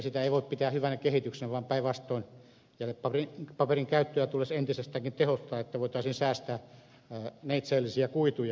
sitä ei voi pitää hyvänä kehityksenä vaan päinvastoin jätepaperin käyttöä tulisi entisestäkin tehostaa että voitaisiin säästää neitseellisiä kuituja